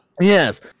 Yes